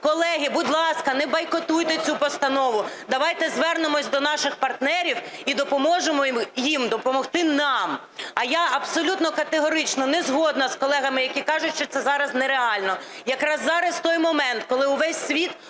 Колеги, будь ласка, не бойкотуйте цю постанову, давайте звернемось до наших партнерів і допоможемо їм допомогти нам. А я абсолютно категорично не згодна з колегами, які кажуть, що це зараз нереально. Якраз зараз той момент, коли весь світ